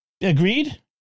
Agreed